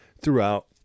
throughout